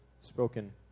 spoken